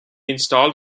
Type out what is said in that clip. installed